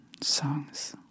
songs